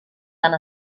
tant